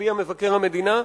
מצביע מבקר המדינה,